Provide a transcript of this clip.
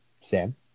Sam